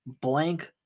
Blank